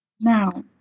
Now